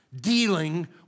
dealing